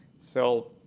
so